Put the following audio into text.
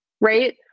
right